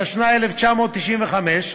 התשנ"ה 1995,